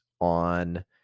on